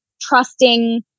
trusting